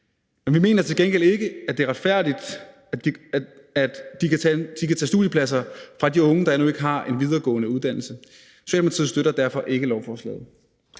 Men vi mener til gengæld ikke, at det er retfærdigt, at de kan tage studiepladser fra de unge, der endnu ikke har en videregående uddannelse. Socialdemokratiet støtter derfor ikke beslutningsforslaget.